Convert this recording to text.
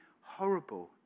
horrible